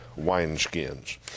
wineskins